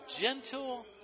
gentle